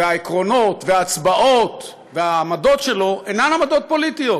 והעקרונות וההצבעות והעמדות שלו אינם פוליטיים.